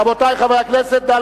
רבותי חברי הכנסת, נא